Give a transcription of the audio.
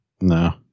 No